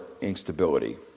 instability